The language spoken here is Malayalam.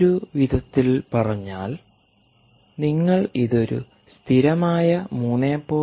മറ്റൊരു വിധത്തിൽ പറഞ്ഞാൽ നിങ്ങൾ ഇത് ഒരു സ്ഥിരമായ 3